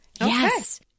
Yes